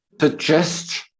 Suggest